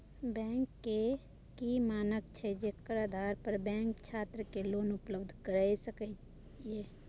Bank के की मानक छै जेकर आधार पर बैंक छात्र के लोन उपलब्ध करय सके ये?